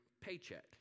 paycheck